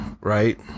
right